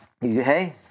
Hey